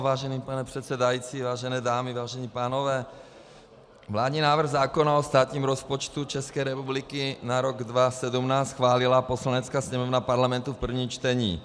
Vážený pane předsedající, vážené dámy, vážení pánové, vládní návrh zákona o státním rozpočtu České republiky na rok 2017 schválila Poslanecká sněmovna Parlamentu v prvním čtení.